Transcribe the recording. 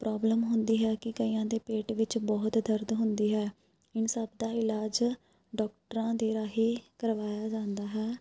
problem ਹੁੰਦੀ ਹੈ ਕੀ ਕਈਆਂ ਦੇ ਪੇਟ ਵਿੱਚ ਬਹੁਤ ਦਰਦ ਹੁੰਦੀ ਹੈ ਇਨ ਸਭ ਦਾ ਇਲਾਜ ਡੋਕਟਰਾਂ ਦੇ ਰਾਹੀਂ ਕਰਵਾਇਆ ਜਾਂਦਾ ਹੈ